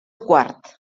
quart